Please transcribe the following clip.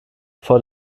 vor